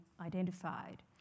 identified